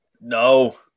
No